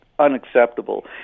unacceptable